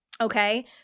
Okay